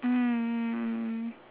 um